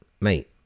mate